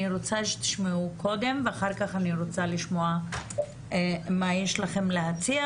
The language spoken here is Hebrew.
אני רוצה שתשמעו קודם ואחר כך אני רוצה לשמוע מה יש לכם להציע,